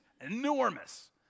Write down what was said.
enormous